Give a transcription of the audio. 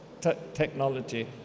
technology